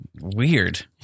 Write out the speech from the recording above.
Weird